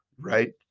right